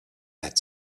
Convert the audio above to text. had